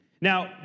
Now